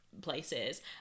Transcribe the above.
places